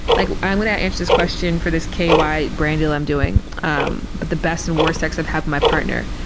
like i'm going to answer this question for this ky brand deal i'm doing um but the best and worst sex i've had with my partner.